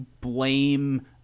blame